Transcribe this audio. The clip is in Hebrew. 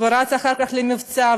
ורץ אחר כך למבצע,